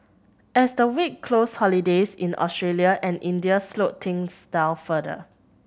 as the week closed holidays in Australia and India slowed things down further